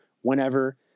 whenever